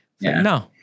No